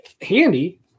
Handy